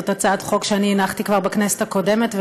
זאת הצעת חוק שהנחתי כבר בכנסת הקודמת,